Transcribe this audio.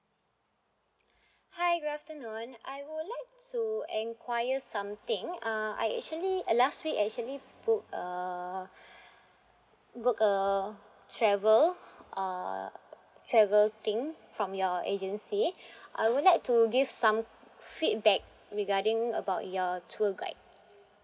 hi good afternoon I would like to enquire something uh I actually uh last week actually book a book a travel uh travel thing from your agency I would like to give some feedback regarding about your tour guide